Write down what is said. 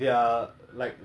like you know err